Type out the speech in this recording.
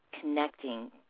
connecting